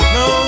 no